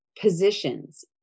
positions